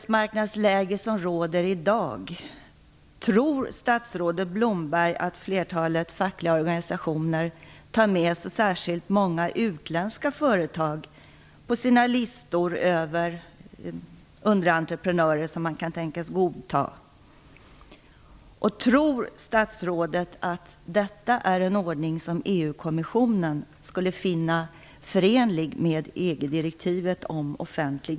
Tror statsrådet Blomberg, i det arbetsmarknadsläge som råder i dag, att flertalet fackliga organisationer tar med så särskilt många utländska företag på sina listor över underentreprenörer som man kan tänkas godta? Tror statsrådet att detta är en ordning som EU kommissionen skulle finna förenlig med EG